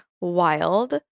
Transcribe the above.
wild